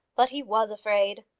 but he was afraid.